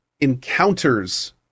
encounters